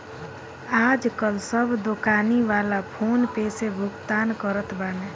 आजकाल सब दोकानी वाला फ़ोन पे से भुगतान करत बाने